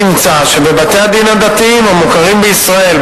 נמצא שבבתי-הדין הדתיים המוכרים בישראל,